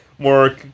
More